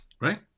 right